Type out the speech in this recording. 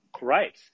Right